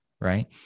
Right